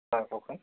হয় কওকচোন